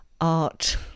art